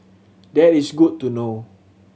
that is good to know